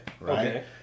right